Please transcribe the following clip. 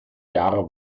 jahre